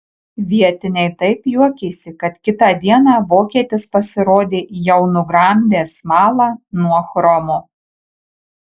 vietiniai taip juokėsi kad kitą dieną vokietis pasirodė jau nugramdęs smalą nuo chromo